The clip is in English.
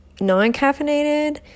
non-caffeinated